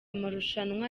marushanwa